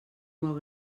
molt